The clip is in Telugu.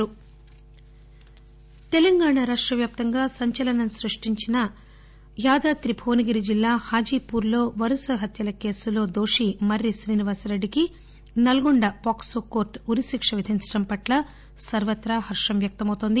హాజీ పూర్ః తెలంగాణ రాష్ట వ్యాప్తంగా సంచలనం స్పష్టించి యాదాద్రి భువనగిరి జిల్లా హాజీపూర్ లో వరుస హత్యలకేసులో దోషి మర్రి శ్రీనివాస్ రెడ్డికి నల్గొండ ఫోక్సో కోర్టు ఉరిశిక్ష విధించడంపట్ల సర్వత్రా హర్షం వ్యక్తమౌతుంది